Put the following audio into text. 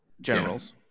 generals